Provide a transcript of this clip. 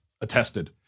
attested